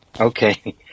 Okay